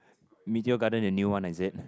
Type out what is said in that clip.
Meteor Garden the new one is it